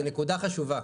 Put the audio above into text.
זו נקודה חשובה.